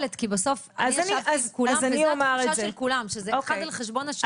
אני שואלת כי בסוף זאת התחשוה של כולם שזה אחד על חשבון השני.